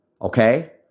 Okay